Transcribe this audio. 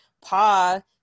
pa